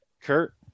Kurt